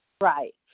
Right